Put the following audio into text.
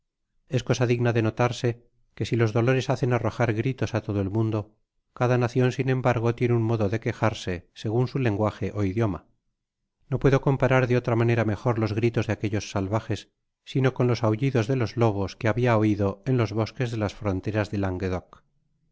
es cosa digna de notarse que si los dolores hacen arrojar gritos á todo el mundo cada nacion sin embargo tiene un modo de quejarse segun su lenguaje ó idioma no puedo comparar de otra manera mejor los gritos de aquellos salvajes sino con los aullidos de los lobos que habia oido en los bosques de las fronteras del